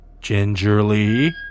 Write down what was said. Gingerly